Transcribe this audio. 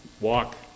walk